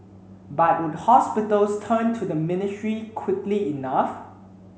but would hospitals turn to the ministry quickly enough